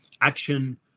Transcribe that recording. action